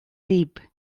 lieb